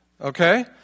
Okay